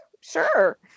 sure